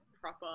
proper